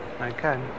Okay